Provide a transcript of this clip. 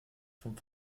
vom